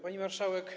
Pani Marszałek!